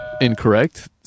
Incorrect